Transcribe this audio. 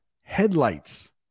headlights